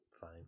Fine